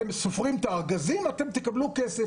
הם סופרים את הארגזים והם יקבלו את הכסף.